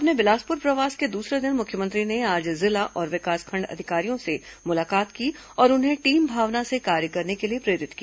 अपने बिलासपुर प्रवास के दूसरे दिन मुख्यमंत्री ने आज जिला और विकासखंड अधिकारियों से मुलाकात की और उन्हें टीम भावना से कार्य करने के लिए प्रेरित किया